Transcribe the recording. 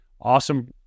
awesome